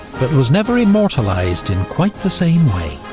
but was never immortalised in quite the same way.